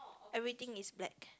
everything is black